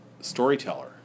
storyteller